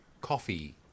coffee